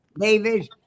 David